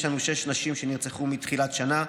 יש לנו שש נשים שנרצחו מתחילת השנה.